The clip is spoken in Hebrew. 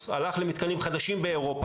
בכל היבטי הגז והאנרגיה ליצירת יציבות אזורית.